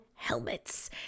helmets